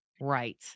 right